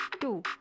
two